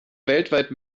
weltweit